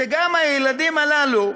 גם לילדים הללו,